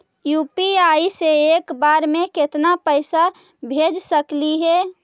UPI से एक बार मे केतना पैसा भेज सकली हे?